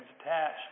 attached